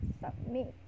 submit